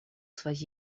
своей